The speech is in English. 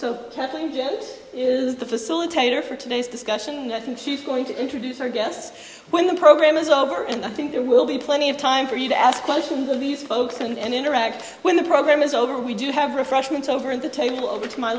so is the facilitator for today's discussion and she's going to introduce our guests when the program is over and i think there will be plenty of time for you to ask questions of these folks and interact with the program is over we do have refreshments over at the table over to my